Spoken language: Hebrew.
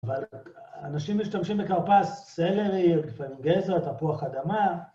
אבל אנשים משתמשים בכרפס, סלרי, גזר, תפוח אדמה.